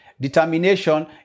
Determination